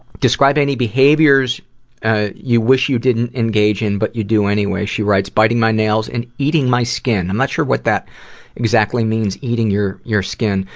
describe any behaviors ah you wish you didn't engage in but you do anyway. she writes, biting my nails and eating my skin. i'm not sure what that exactly means, eating your your skin.